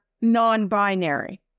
non-binary